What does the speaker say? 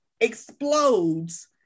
explodes